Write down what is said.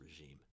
regime